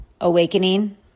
awakening